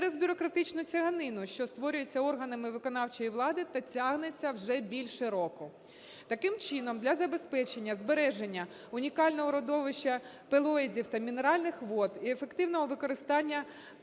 через бюрократичну тяганину, що створюється органами виконавчої влади та тягнеться вже більше року. Таким чином, для забезпечення збереження унікального родовища пелоїдів та мінеральних вод і ефективного використання